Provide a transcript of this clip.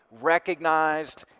recognized